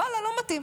ואללה, לא מתאים.